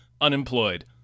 unemployed